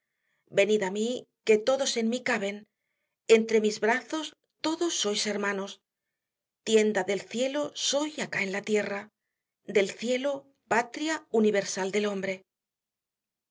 venid á mi que todos en mí caben entre mis brazos todos sois hermanos tienda del cielo soy acá en la tierra del cielo patria universal del hombre